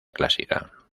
clásica